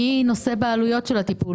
מי נושא בעלויות של הטיפול?